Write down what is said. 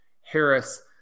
Harris